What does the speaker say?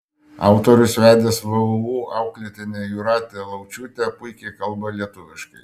autorius vedęs vvu auklėtinę jūratę laučiūtę puikiai kalba lietuviškai